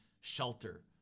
shelter